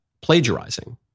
plagiarizing